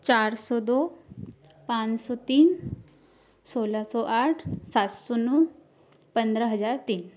चार सौ दो पाँच सौ तीन सोलह सौ आठ सात सौ नौ पंद्रह हजार तीन